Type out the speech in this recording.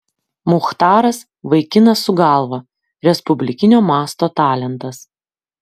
muchtaras vaikinas su galva respublikinio masto talentas